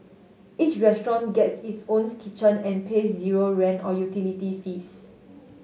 each restaurant gets its owns kitchen and pays zero rent or utility fees